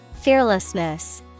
Fearlessness